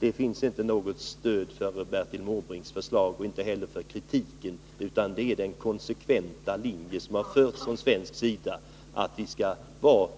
Det finns inte något stöd för Bertil Måbrinks förslag och inte heller för kritiken. Den konsekventa linje som vi har fört från svensk sida är att vi skall vara